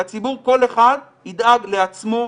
שהציבור כל אחד ידאג לעצמו,